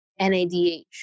NADH